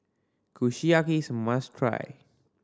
kushiyaki is must try